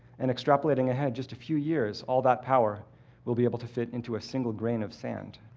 and extrapolating ahead just a few years, all that power will be able to fit into a single grain of sand.